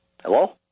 hello